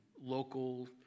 local